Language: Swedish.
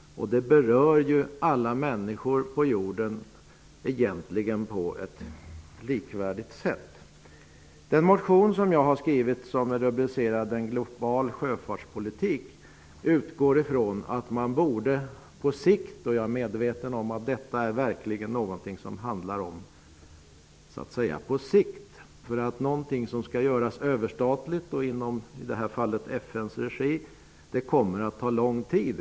Det berör alla människor på jorden på ett likvärdigt sätt. Den motion jag har väckt gäller global sjöfartspolitik. Motionen utgår från att man skall handla på sikt. Jag är medveten om att det verkligen är fråga om på sikt. När något skall göras överstatligt, i detta fall inom FN:s regi, kommer det att ta lång tid.